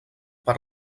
per